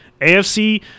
AFC